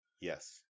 Yes